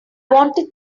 wanted